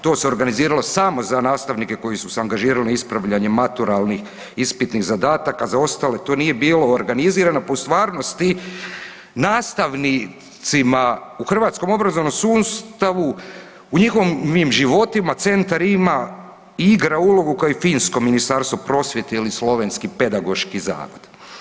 To se organiziralo samo za nastavnike koji su se angažirali na ispravljanje maturalnih ispitnih zadataka, za ostale to nije bilo organizirano pa u stvarnosti nastavnicima u hrvatskom obrazovnom sustavu u njihovim životima centar ima i igra ulogu kao i finsko ministarstvo prosvjete ili slovenski pedagoški zavod.